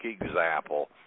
example